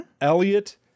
Elliot